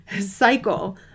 cycle